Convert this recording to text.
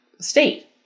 state